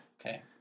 Okay